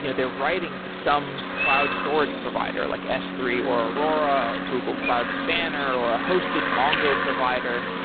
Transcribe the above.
you know they're writing to some cloud storage provider, like s three or aurora or google cloud spanner or a hosted mongo provider,